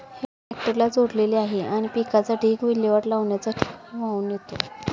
हे ट्रॅक्टरला जोडलेले आहे आणि पिकाचा ढीग विल्हेवाट लावण्याच्या ठिकाणी वाहून नेतो